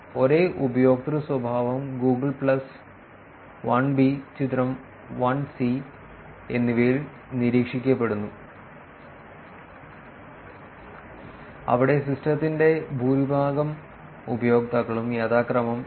ഒരേ ഉപയോക്തൃ സ്വഭാവം ഗൂഗിൾ പ്ലസ് 1 ബി ചിത്രം 1 സി എന്നിവയിൽ നിരീക്ഷിക്കപ്പെടുന്നു അവിടെ സിസ്റ്റത്തിന്റെ ഭൂരിഭാഗം ഉപയോക്താക്കളും യഥാക്രമം 79